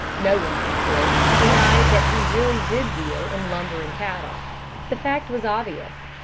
no one, of course, denied that he really did deal in lumber and cattle the fact was obvious.